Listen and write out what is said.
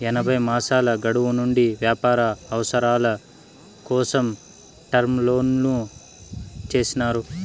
ఎనభై మాసాల గడువు నుండి వ్యాపార అవసరాల కోసం టర్మ్ లోన్లు చేసినారు